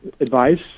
advice